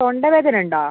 തൊണ്ടവേദന ഉണ്ടോ